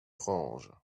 range